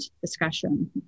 discussion